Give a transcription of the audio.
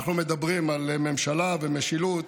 אנחנו מדברים על ממשלה ומשילות,